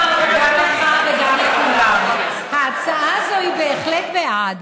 אני רוצה לומר גם לך וגם לכולם: ההצעה הזו היא בהחלט בעד.